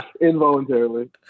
Involuntarily